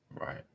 Right